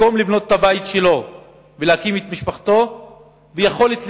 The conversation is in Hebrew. מקום לבנות את הבית שלו ולהקים את משפחתו ויכולת ללמוד.